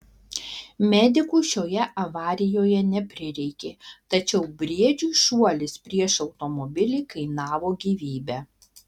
medikų šioje avarijoje neprireikė tačiau briedžiui šuolis prieš automobilį kainavo gyvybę